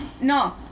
no